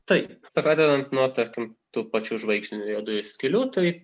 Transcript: taip pradedant nuo tarkim tų pačių žvaigždinių juodųjų skylių tai